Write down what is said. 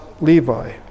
Levi